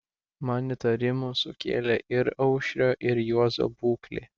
man įtarimų sukėlė ir aušrio ir juozo būklė